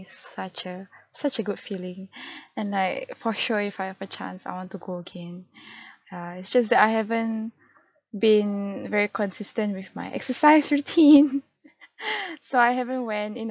such a such a good feeling and Iike for sure if I have a chance I want to go again it's just that I haven't been very consistent with my exercise routine so I haven't went in